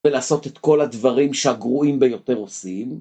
ולעשות את כל הדברים שהגרועים ביותר עושים.